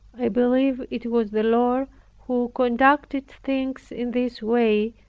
i believe it was the lord who conducted things in this way,